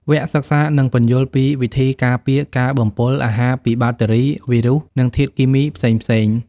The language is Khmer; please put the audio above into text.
វគ្គសិក្សានឹងពន្យល់ពីវិធីការពារការបំពុលអាហារពីបាក់តេរី វីរុស និងធាតុគីមីផ្សេងៗ។